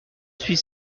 suis